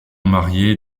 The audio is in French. mariées